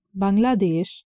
Bangladesh